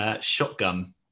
shotgun